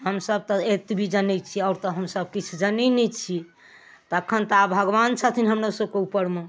हमसभ तऽ एतबी जनै छियै आओर तऽ हमसभ किछु जनै नहि छी तखन तऽ आब भगबान छथिन हमरो सभके ऊपरमे